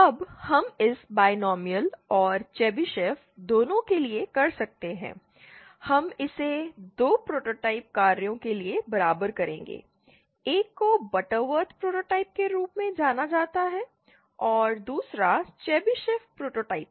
अब हम इसे बायनॉमिनल और चेबीशेव दोनों के लिए कर सकते हैं हम इसे 2 प्रोटोटाइप कार्यों के लिए बराबर करेंगे एक को बटरवर्थ प्रोटोटाइप के रूप में जाना जाता है और दूसरा चेबीशेव प्रोटोटाइप है